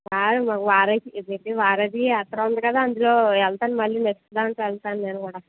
కాదమ్మ వారధి వారధియాత్ర ఉంది కదా అందులో వెళ్తాను మళ్ళీ నెక్స్ట్ దాంట్లో వెళ్తాను నేను కూడా